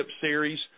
Series